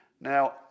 Now